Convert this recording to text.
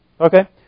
Okay